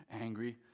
angry